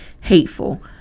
hateful